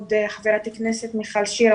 כבוד חברת הכנסת מיכל שיר.